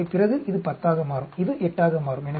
எனவே பிறகு இது 10 ஆக மாறும் இது 8 ஆக மாறும்